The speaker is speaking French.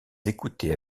écoutaient